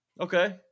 Okay